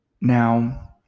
now